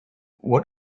what